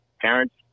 parents